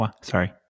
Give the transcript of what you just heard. sorry